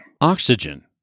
Oxygen